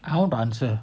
I won't answer